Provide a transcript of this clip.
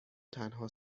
تنها